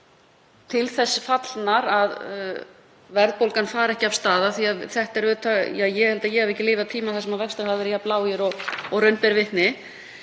til þess fallnar að verðbólgan fari ekki af stað af því að þetta er auðvitað — ja, ég held að ég hafi ekki lifað tíma þar sem vextir hafa verið jafn lágir og raun ber vitni.